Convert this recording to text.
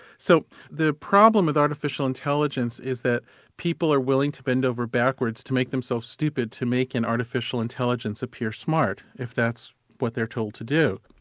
so the problem with artificial intelligence is that people are willing to bend over backwards to make themselves stupid to make an artificial intelligence appear smart, if that's what they're told to do.